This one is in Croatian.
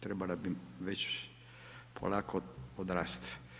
Trebala bi već polako odrast.